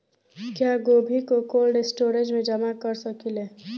क्या गोभी को कोल्ड स्टोरेज में जमा कर सकिले?